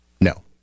no